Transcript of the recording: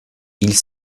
ils